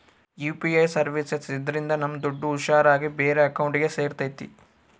UPI services ಇದ್ರಿಂದ ನಮ್ ದುಡ್ಡು ಹುಷಾರ್ ಆಗಿ ಬೇರೆ ಅಕೌಂಟ್ಗೆ ಸೇರ್ತೈತಿ